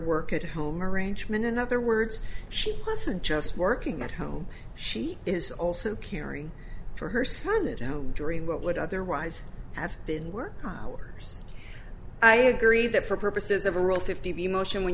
work at home arrangement in other words she wasn't just working at home she is also caring for her son during what would otherwise have been work hours i agree that for purposes of a real fifty motion when